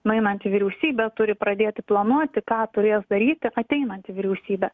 nueinanti vyriausybė turi pradėti planuoti ką turės daryti ateinanti vyriausybė